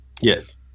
Yes